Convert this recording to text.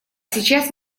сейчас